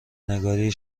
نگاری